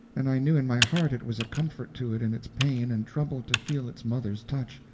and i knew in my heart it was a comfort to it in its pain and trouble to feel its mother's touch,